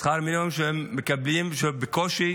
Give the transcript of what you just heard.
שכר המינימום שהם מקבלים, בקושי,